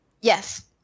Yes